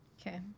Okay